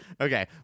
Okay